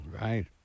right